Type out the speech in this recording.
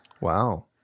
wow